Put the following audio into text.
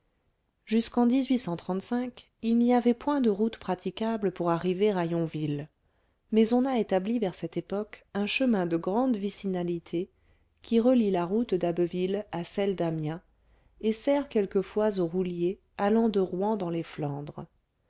jusqu'en il n'y avait point de route praticable pour arriver à yonville mais on a établi vers cette époque un chemin de grande vicinalité qui relie la route d'abbeville à celle d'amiens et sert quelquefois aux rouliers allant de rouen dans les flandres